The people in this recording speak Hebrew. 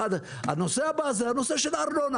נושא הארנונה.